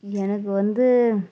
எனக்கு வந்து